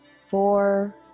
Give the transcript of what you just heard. four